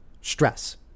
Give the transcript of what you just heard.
stress